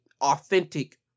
authentic